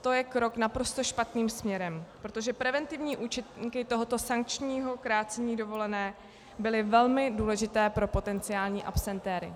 To je krok naprosto špatným směrem, protože preventivní účinky tohoto sankčního krácení dovolené byly velmi důležité pro potenciální absentéry.